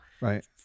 Right